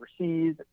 overseas